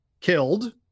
killed